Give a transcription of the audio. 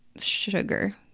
sugar